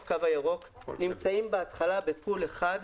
הקו הירוק נמצאים בהתחלה ב-pool אחד.